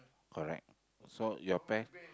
correct so your pear